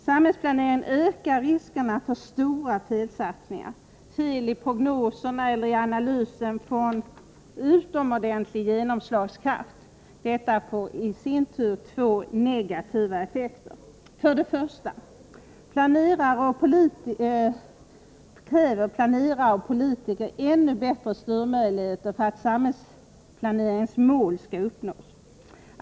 Samhällsplanering ökar riskerna för stora felsatsningar. Feliprognoserna eller i analysen får en utomordentlig genomslagskraft. Detta får i sin tur två Nr 145 negativa effekter: Onsdagen den För det första kräver planerare och politiker ännu bättre styrmöjligheter 16 maj 1984 för att samhällsplaneringens mål skall uppnås.